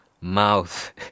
mouth